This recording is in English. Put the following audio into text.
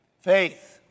Faith